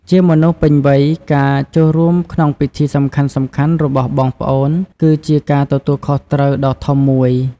ជាមនុស្សពេញវ័យ ការចូលរួមក្នុងពិធីសំខាន់ៗរបស់បងប្អូន គឺជាការទទួលខុសត្រូវដ៏ធំមួយ។